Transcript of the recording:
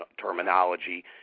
terminology